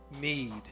need